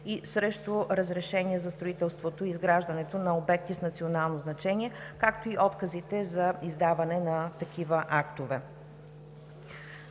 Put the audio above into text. и срещу разрешение за строителството и изграждането на обекти с национално значение, както и отказите за издаване на такива актове.